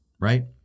right